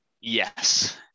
Yes